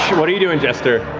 what are you doing, jester?